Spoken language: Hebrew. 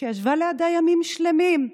שישבה לידה ימים שלמים,